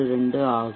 62 ஆகும்